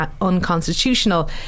unconstitutional